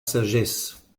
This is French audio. sagesse